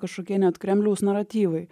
kažkokie net kremliaus naratyvai